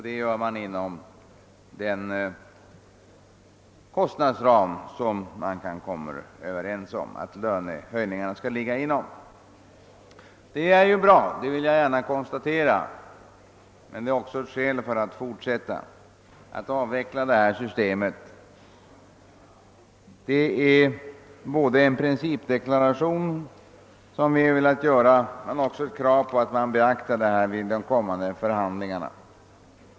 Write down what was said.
Detta sker inom den kostnadsram som man kommer överens om för lönehöjningarna. Detta är bra — det vill jag gärna konstatera. Det är emellertid också ett skäl för att fortsätta att avveckla systemet. Det är en principdeklaration som vi har velat göra, men det är också ett krav på att man beaktar detta vid de kommande förhandlingarna.